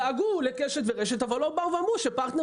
דאגו לקשת ורשת אבל לא אמרו שפרטנר